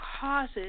causes